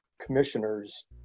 commissioners